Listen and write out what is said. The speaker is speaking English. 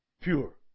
pure